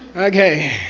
okay.